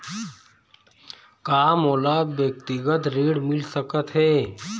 का मोला व्यक्तिगत ऋण मिल सकत हे?